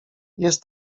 jest